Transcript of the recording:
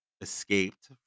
escaped